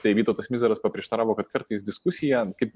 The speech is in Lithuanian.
tai vytautas mizaras paprieštaravo kad kartais diskusija kaip